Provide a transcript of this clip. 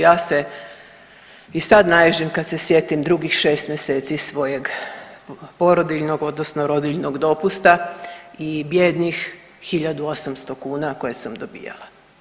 Ja se i sad naježim kad se sjetim drugih 6 mjeseci svojeg porodiljnog odnosno rodiljnog dopusta i bijednim 1 800 kuna koje sam dobijala.